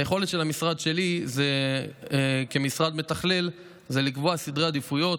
היכולת של המשרד שלי כמשרד מתכלל היא לקבוע סדרי עדיפויות.